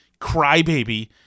crybaby